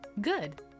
Good